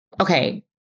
okay